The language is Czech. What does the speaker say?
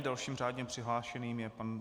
Dalším řádně přihlášeným je pan ...